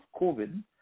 COVID